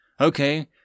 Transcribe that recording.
Okay